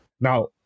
Now